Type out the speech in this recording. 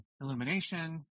Illumination